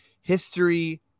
history